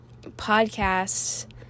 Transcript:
podcasts